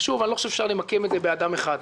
ושוב, אני לא חושב שאפשר למקד את זה באדם אחד.